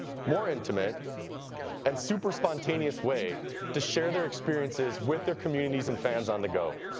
more intimate and super spontaneous way to share their experiences with their communities and fans on the go.